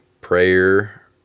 prayer